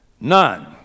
None